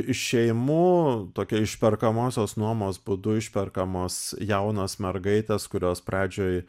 iš šeimų tokia išperkamosios nuomos būdu išperkamos jaunos mergaitės kurios pradžioj